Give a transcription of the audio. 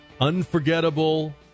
unforgettable